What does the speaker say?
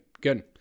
Good